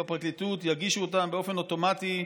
בפרקליטות יגישו אותן אוטומטית,